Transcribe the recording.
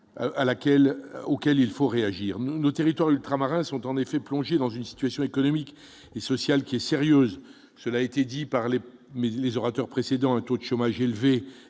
auxquelles il faut réagir nos territoires ultramarins sont, en effet, plongés dans une situation économique et sociale qui est sérieuse, cela a été dit par les mais les orateurs précédents un taux chômage élevé